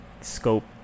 scope